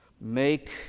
Make